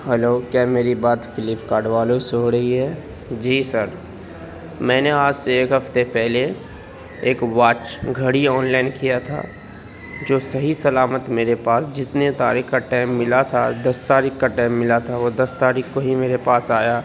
hello کیا میری بات فلپ کارٹ والوں سے ہورہی ہے جی سر میں نے آج سے ایک ہفتے پہلے ایک واچ گھڑی آن لائن کیا تھا جو صحیح سلامت میرے پاس جتنے تاریخ کا ٹائم ملا تھا دس تاریخ کا ٹائم ملا تھا وہ دس تاریخ کو ہی میرے پاس آیا